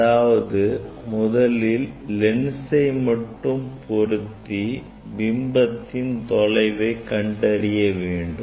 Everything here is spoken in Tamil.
அதாவது முதலில் லென்சை மட்டும் பொருத்தி பிம்பத்தின் தொலைவை கண்டறிய வேண்டும்